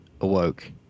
awoke